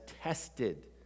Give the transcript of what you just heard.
tested